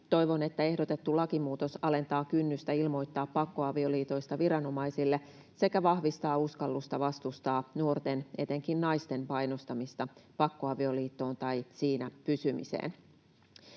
Toivon, että ehdotettu lakimuutos alentaa kynnystä ilmoittaa pakkoavioliitoista viranomaisille sekä vahvistaa uskallusta vastustaa nuorten, etenkin naisten, painostamista pakkoavioliittoon tai siinä pysymiseen.